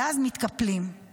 ואז מתקפלים;